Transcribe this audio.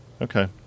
Okay